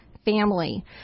Family